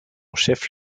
chef